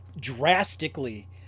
drastically